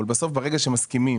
אבל בסוף, ברגע שמסכימים